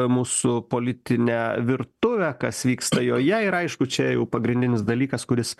mūsų politinę virtuvę kas vyksta joje ir aišku čia jau pagrindinis dalykas kuris